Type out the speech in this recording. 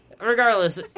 regardless